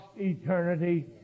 eternity